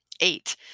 eight